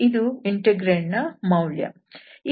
ಇದು ಇಂಟೆಗ್ರಾಂಡ್ ನ ಮೌಲ್ಯ